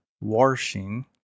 washing